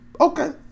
okay